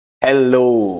Hello